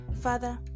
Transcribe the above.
father